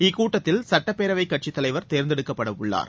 இக்கூட்டத்தில் சட்டப்பேரவை கட்சித் தலைவர் தேர்ந்தெடுக்கப்படவுள்ளார்